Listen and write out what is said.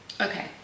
Okay